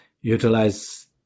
utilize